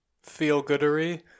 feel-goodery